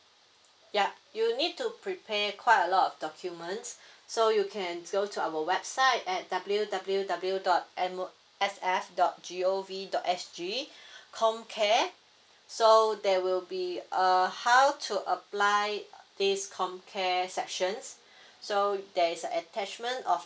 ya you need to prepare quite a lot of documents so you can go to our website at W W W dot M S F dot G O V dot S G com care so there will be a how to apply this com care sections so you there is attachment of